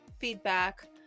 feedback